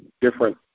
different